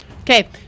Okay